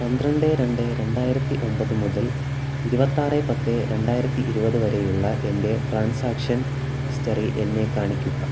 പന്ത്രണ്ട് രണ്ട് രണ്ടായിരത്തി ഒമ്പത് മുതൽ ഇരുപത്താറ് പത്ത് രണ്ടായിരത്തി ഇരുപത് വരെയുള്ള എൻ്റെ ട്രാൻസാക്ഷൻ ഹിസ്റ്ററി എന്നെ കാണിക്കുക